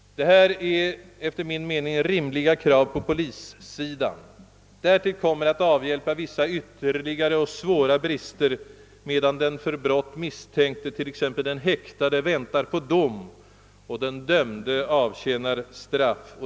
Detta är enligt min mening rimliga krav på polissidan. Därtill kommer att man måste avhjälpa vissa ytterligare och svåra brister medan den för brott misstänkte, t.ex. den häktade, väntar på dom eller den dömde avtjänar straff.